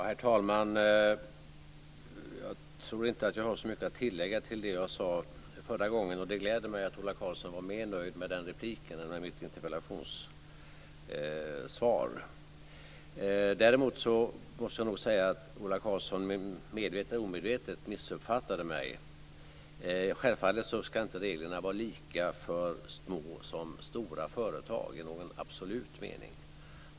Herr talman! Jag tror inte att jag har så mycket att tillägga till det jag sade förra gången. Det gläder mig att Ola Karlsson var mer nöjd med det inlägget än mitt interpellationssvar. Däremot missuppfattade Ola Karlsson mig - medvetet eller omedvetet. Självfallet ska reglerna inte vara lika för små som stora företag i någon absolut mening.